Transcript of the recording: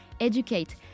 educate